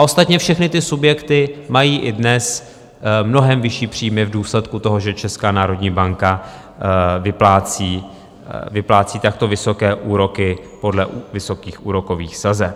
Ostatně všechny ty subjekty mají i dnes mnohem vyšší příjmy v důsledku toho, že Česká národní banka vyplácí takto vysoké úroky podle vysokých úrokových sazeb.